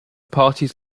parties